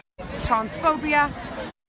transphobia